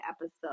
episode